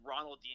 Ronaldinho